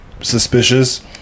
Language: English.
suspicious